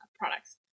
Products